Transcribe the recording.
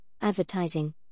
advertising